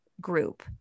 group